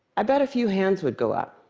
i bet a few hands would go up.